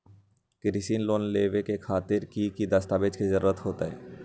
कृषि लोन लेबे खातिर की की दस्तावेज के जरूरत होतई?